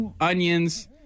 onions